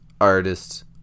artists